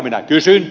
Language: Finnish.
minä kysyn